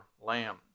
Lamb